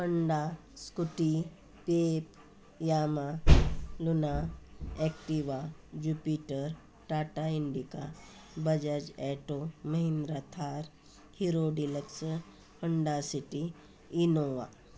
Honda Scooty Pep Yamaha Luna Activa Jupiter Tata Indica Bajaj auto Mahindra Thar Hero Deluxe Honda City Innova